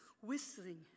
whistling